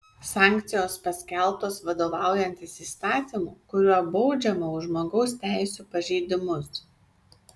sankcijos paskelbtos vadovaujantis įstatymu kuriuo baudžiama už žmogaus teisių pažeidimus